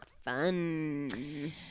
fun